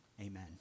amen